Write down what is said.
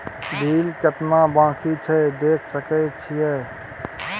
Bill केतना बाँकी छै देख सके छियै?